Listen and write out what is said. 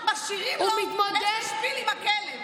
משאירים לו איזה שפיל עם הכלב.